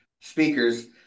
speakers